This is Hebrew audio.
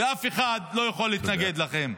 ואף אחד לא יכול להתנגד לכם.